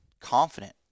confident